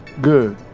Good